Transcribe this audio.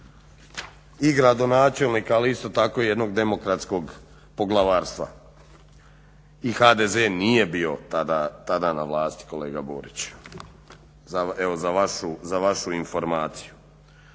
i gradonačelnika, ali isto tako i jednog demokratskog poglavarstva i HDZ nije bio tada na vlasti kolega Borić, evo za vašu informaciju.